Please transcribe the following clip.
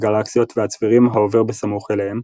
הגלקסיות והצבירים העובר בסמוך אליהם,